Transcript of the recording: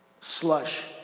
slush